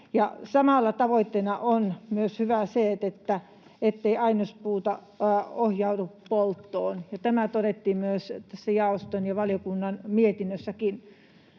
Samalla tavoitteessa on hyvää myös se, ettei ainespuuta ohjaudu polttoon, ja tämä todettiin myös tässä jaoston ja valiokunnan mietinnössäkin.